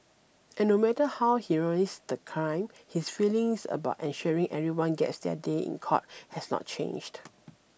and no matter how heinous the crime his feelings about ensuring everyone gets their day in court has not changed